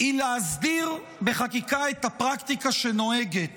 היא להסדיר בחקיקה את הפרקטיקה שנוהגת